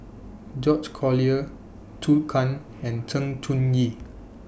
George Collyer Zhou Can and Sng Choon Yee